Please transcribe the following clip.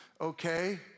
Okay